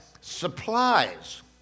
Supplies